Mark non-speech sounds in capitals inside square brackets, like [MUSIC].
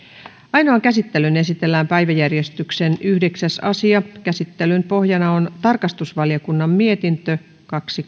ainoaan käsittelyyn esitellään päiväjärjestyksen yhdeksäs asia käsittelyn pohjana on tarkastusvaliokunnan mietintö kaksi [UNINTELLIGIBLE]